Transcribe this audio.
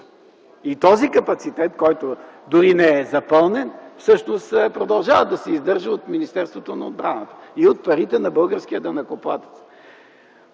Този капацитет, който дори не е запълнен, всъщност продължава да се издържа от Министерството на отбраната и от парите на българския данъкоплатец.